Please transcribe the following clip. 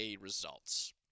results